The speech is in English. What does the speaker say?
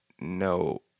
No